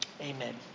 Amen